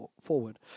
forward